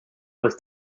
was